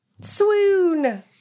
swoon